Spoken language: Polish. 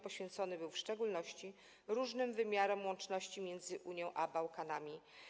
Poświęcony był w szczególności różnym wymiarom łączności między Unią a Bałkanami.